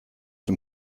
dem